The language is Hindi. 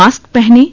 मास्क पहनें